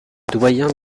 doyen